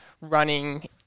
running